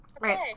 right